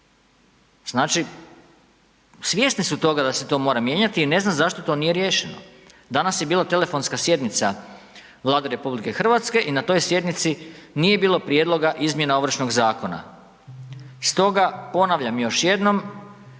Znači svjesni su toga da se to mora mijenjati i ne znam zašto to nije riješeno. Danas je bila telefonska sjednica Vlade RH i na toj sjednici nije bilo prijedloga izmjena Ovršnog zakona. Stoga ponavljam još jedno,